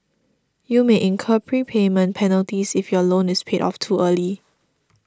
you may incur prepayment penalties if your loan is paid off too early